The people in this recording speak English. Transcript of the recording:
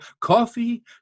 coffee